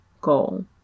goal